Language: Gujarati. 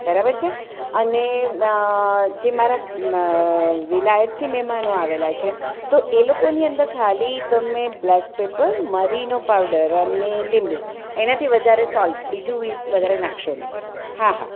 બરાબર છે અને જે મારા વિલાયતી મહેમાનો આવેલા છે તો એ લોકોની અંદર ખાલી તમે બ્લેક પેપર મરીનો પાવડર અને લીંબુ એનાથી વધારે સોલ્ટ બીજું વધારે નાખશો નહિ હા હા